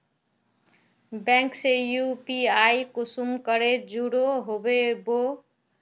Bank से UPI कुंसम करे जुड़ो होबे बो?